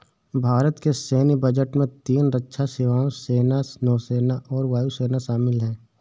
भारत के सैन्य बजट में तीन रक्षा सेवाओं, सेना, नौसेना और वायु सेना शामिल है